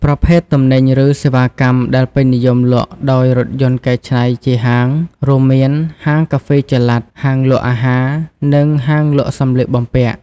ប្រភេទទំនិញ ឬសេវាកម្មដែលពេញនិយមលក់ដោយរថយន្តកែច្នៃជាហាង រួមមាន ហាងកាហ្វេចល័ត ហាងលក់អាហារ និងហាងលក់សម្លៀកបំពាក់។